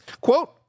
Quote